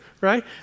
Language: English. right